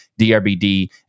DRBD